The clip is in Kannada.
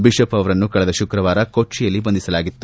ಬಿಷಪ್ ಅವರನ್ನು ಕಳೆದ ಶುಕ್ರವಾರ ಕೊಚ್ಚಿಯಲ್ಲಿ ಬಂಧಿಸಲಾಗಿತ್ತು